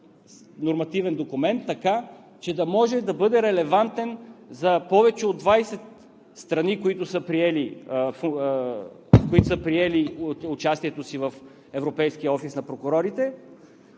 евронормативен документ е написан така, че да може да бъде релевантен за повече от 20 страни, които са приели участието си в Европейския офис на прокурорите,